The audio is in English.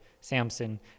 Samson